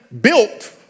built